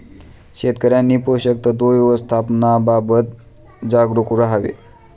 शेतकऱ्यांनी पोषक तत्व व्यवस्थापनाबाबत जागरूक राहावे